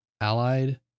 allied